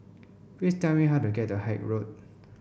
please tell me how to get to Haig Road